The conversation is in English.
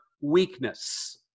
weakness